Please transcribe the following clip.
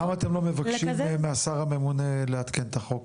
למה אתם לא מבקשים מהשר הממונה, לעדכן את החוק?